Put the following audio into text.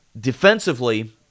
Defensively